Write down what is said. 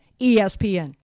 ESPN